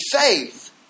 faith